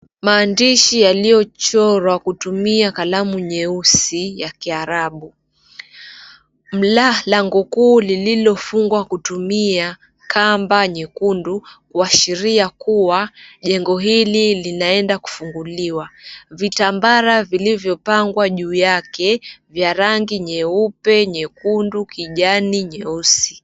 Maandishi yaliyochorwa kutumia kalamu nyeusi ya kiarabu. Lango kuu lililofungwa kutumia kamba nyekundu kuashiria kuwa jengo hili linaenda kufunguliwa. Vitambara vilivyopangwa juu yake vya rangi nyeupe, nyekundu, kijani, jeusi.